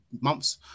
months